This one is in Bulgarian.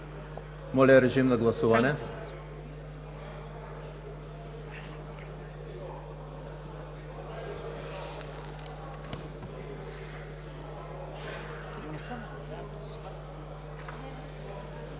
Моля, режим на гласуване.